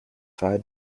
fire